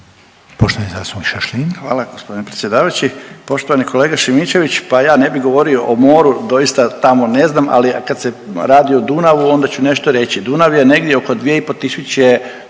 Poštovani zastupnik Šašlin.